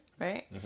right